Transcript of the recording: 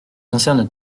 concerne